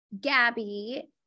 Gabby